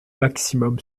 maximum